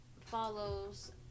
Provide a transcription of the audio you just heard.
follows